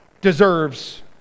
deserves